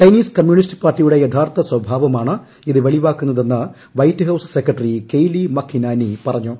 Chinese communist പാർട്ടിയുടെ യഥാർത്ഥ സ്വഭാവമാണ് ഇത് വെളിവാക്കുന്നതെന്ന് White House secretary Kayleigh McEnany പറഞ്ഞു